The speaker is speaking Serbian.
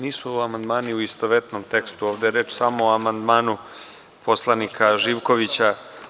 Nisu ovo amandmani u istovetnom tekstu, ovde je reč samo o amandmanu poslanika Živkovića.